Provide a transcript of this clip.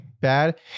bad